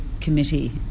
committee